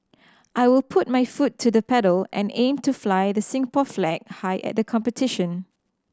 I will put my foot to the pedal and aim to fly the Singapore flag high at the competition